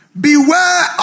Beware